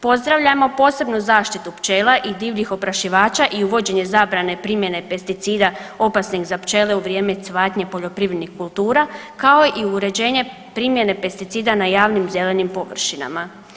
Pozdravljamo posebno zaštitu pčela i divljih oprašivača i uvođenje zabrane primjene pesticida opasnih za pčele u vrijeme cvatnje poljoprivrednih kultura kao i uređenje primjene pesticida na javnim zelenim površinama.